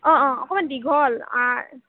অঁ অঁ অকমান দীঘল